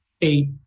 eight